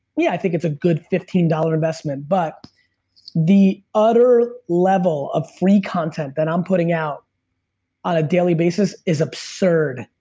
yeah i think it's a good fifteen dollar investment, but the utter level of content that i'm putting out on a daily basis is absurd,